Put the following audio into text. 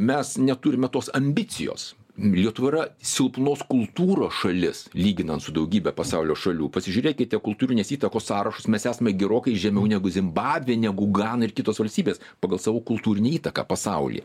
mes neturime tos ambicijos lietuva yra silpnos kultūros šalis lyginant su daugybe pasaulio šalių pasižiūrėkite kultūrinės įtakos sąrašus mes esame gerokai žemiau negu zimbabvė negu gana ir kitos valstybės pagal savo kultūrinę įtaką pasaulyje